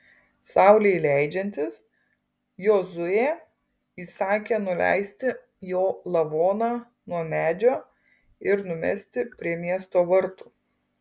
saulei leidžiantis jozuė įsakė nuleisti jo lavoną nuo medžio ir numesti prie miesto vartų